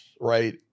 right